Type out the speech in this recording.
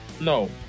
No